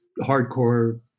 hardcore